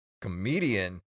comedian